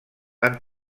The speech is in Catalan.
han